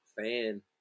fan